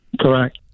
Correct